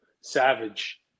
savage